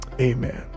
amen